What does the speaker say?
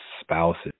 spouses